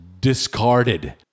discarded